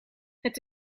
het